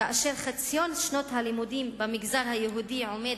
כאשר חציון שנות הלימודים במגזר היהודי עומד